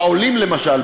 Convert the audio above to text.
בעולים למשל,